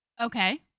Okay